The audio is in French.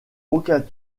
aucun